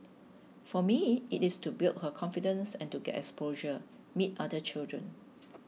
for me it is to build her confidence and to get exposure meet other children